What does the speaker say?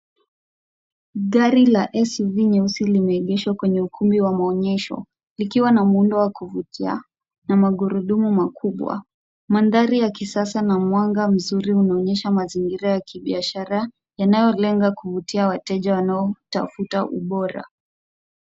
Gari la SUV nyeusi limeegeshwa kwenye ukumbi wa maonyesho, likiwa na muundo wa kuvutia na magurudumu makubwa. Mandhari ya kisasa na mwanga mzuri unaonyesha mazingira ya kibiashara, yanayolenga kuvutia wateja wanaotafuta ubora.